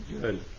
Good